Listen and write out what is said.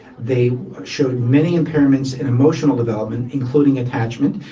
they showed many impairments in emotional development, including attachment.